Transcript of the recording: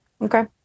Okay